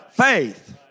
faith